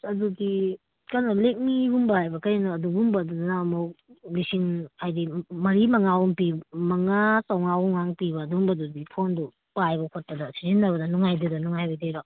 ꯑꯗꯨꯗꯤ ꯀꯩꯅꯣ ꯔꯦꯠꯃꯤꯒꯨꯝꯕ ꯍꯥꯏꯕ꯭ꯔꯥ ꯀꯩꯅꯣ ꯑꯗꯨꯒꯨꯝꯕꯗꯨꯅ ꯑꯃꯨꯛ ꯂꯤꯁꯤꯡ ꯍꯥꯏꯗꯤ ꯃꯔꯤ ꯃꯉꯥꯃꯨꯛ ꯄꯤ ꯃꯉꯥ ꯆꯥꯝꯃꯉꯥꯃꯨꯒꯥꯡ ꯄꯤꯕ ꯑꯗꯨꯝꯕꯗꯨꯗꯤ ꯐꯣꯟꯗꯨ ꯄꯥꯏꯕ ꯈꯣꯠꯄꯗ ꯁꯤꯖꯤꯟꯅꯕꯗ ꯅꯨꯡꯉꯥꯏꯇꯦꯗꯅ ꯅꯨꯡꯉꯥꯏꯔꯣꯏꯗꯣꯏꯔꯣ